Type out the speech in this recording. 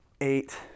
eight